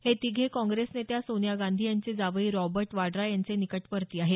हे तिघे काँग्रेस नेत्या सोनिया गांधी यांचे जावई रॉबर्ट वाड्रा यांचे निकटवर्ती आहेत